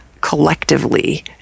collectively